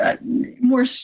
more